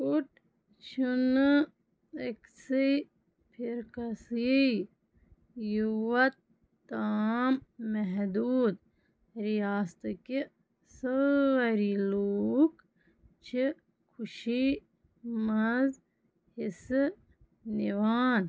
كُٹ چھنہٕ أكسٕے فِرقسی یوت تام محدوٗد، رِیاستٕكہِ سٲری لوٗكھ چھِ خوشی منٛز حصہٕ نِوان